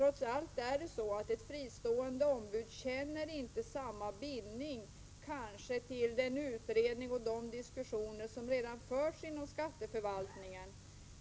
Ett fristående ombud känner inte samma bindning till den utredning som gjorts och de diskussioner som redan förts inom skatteförvaltningen.